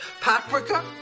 paprika